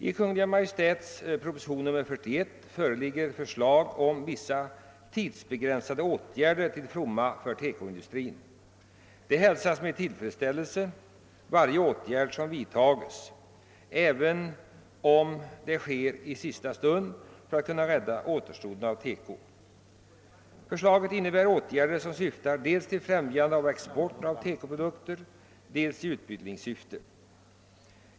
I Kungl. Maj:ts proposition nr 41 föreligger förslag om vissa tidsbegränsade åtgärder till fromma för TEKO-industrin. Varje åtgärd som vidtas för att rädda TEKO-industrin — även om det sker i sista stund — hälsas med tillfredsställelse. Förslaget innebär åtgärder som vidtas dels i syfte att främja exporten, dels i utbildningssyfte.